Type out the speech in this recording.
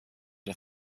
der